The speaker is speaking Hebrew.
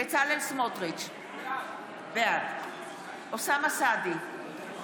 מאיר פרוש, בעד יסמין פרידמן, נגד אביר קארה,